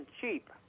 cheap